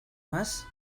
más